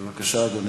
בבקשה, אדוני.